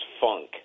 funk